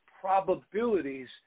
probabilities